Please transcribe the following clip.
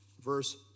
verse